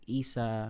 isa